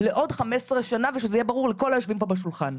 לעוד 15 שנה ושזה יהיה ברור לכל היושבים פה בשולחן.